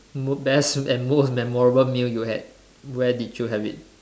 most best and most memorable meal you had where did you have it